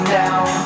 down